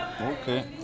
Okay